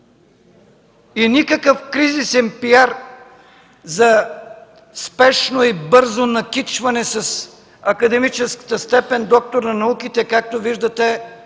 И никакъв кризисен PR за спешно и бързо накичване с академичната степен „доктор на науките”, както виждате,